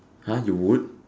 !huh! you would